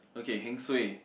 okay heng suay